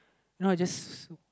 no it's just